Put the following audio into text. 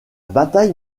bataille